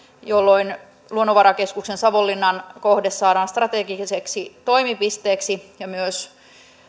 jolloin luonnonvarakeskuksen savonlinnan kohde saadaan strategiseksi toimipisteeksi ja myös